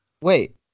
Wait